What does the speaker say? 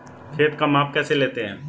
खेत का माप कैसे लेते हैं?